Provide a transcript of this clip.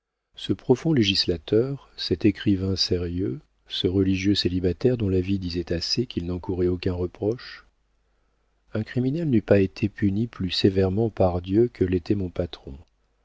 ce profond législateur cet écrivain sérieux ce religieux célibataire dont la vie disait assez qu'il n'encourait aucun reproche un criminel n'eût pas été puni plus sévèrement par dieu que l'était mon patron